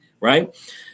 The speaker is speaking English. right